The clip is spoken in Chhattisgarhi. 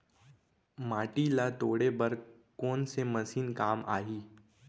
माटी ल तोड़े बर कोन से मशीन काम आही?